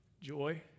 joy